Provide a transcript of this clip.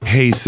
Hey